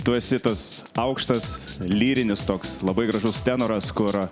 tu esi tas aukštas lyrinis toks labai gražus tenoras kur